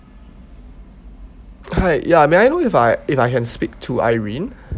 hi ya may I know if I if I can speak to irene